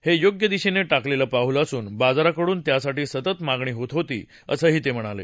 हे योग्य दिशेने टाकलेलं पाऊल असून बाजाराकडून त्यासाठी सतत मागणी होत होती असंही ते म्हणाले